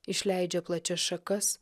išleidžia plačias šakas